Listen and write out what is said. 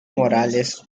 morales